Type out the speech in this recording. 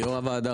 יו"ר הוועדה,